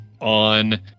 on